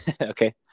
okay